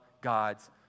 God's